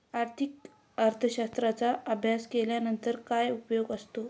आर्थिक अर्थशास्त्राचा अभ्यास केल्यानंतर काय उपयोग असतो?